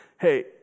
hey